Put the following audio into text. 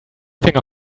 finger